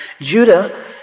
Judah